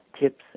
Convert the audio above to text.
tips